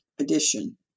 edition